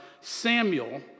Samuel